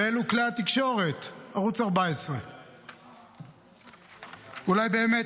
ואלו כלי התקשורת: ערוץ 14. אולי באמת